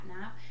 nap